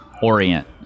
orient